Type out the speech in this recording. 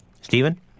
Stephen